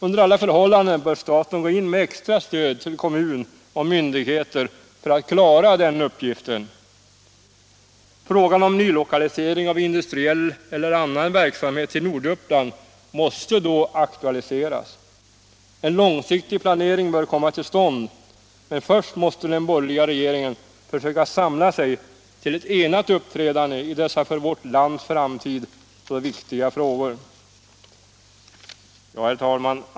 Under alla förhållanden bör staten gå in med extra stöd till kommun och myndigheter för att klara den uppgiften. Frågan om nylokalisering av industriell eller annan verksamhet till Norduppland måste då aktualiseras. En långsiktig planering bör komma till stånd. Men först måste den borgerliga regeringen försöka samla sig till enat uppträdande i dessa för vårt lands framtid så viktiga frågor. Herr talman!